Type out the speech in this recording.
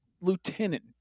lieutenant